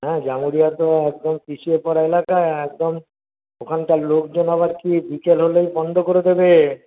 হ্যাঁ জামুরিয়া তো একদম পিছিয়ে পড়া এলাকা একদম ওখানকার লোকজন আবার কি বিকেল হলেই বন্ধ করে দেবে